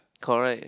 correct